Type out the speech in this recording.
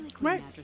Right